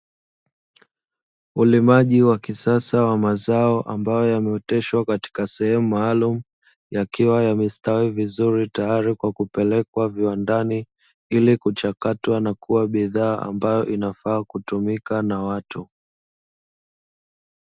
Ulimaji wa kisasa wa mazao ambayo yameoteshwa katika sehemu maalumu, yakiwa yamestawi vizuri tayari kwa kupelekwa viwandani ili kuchakatwa na kuwa bidhaa ambayo inafaa kutumika na watu.